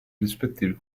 rispettivi